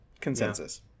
consensus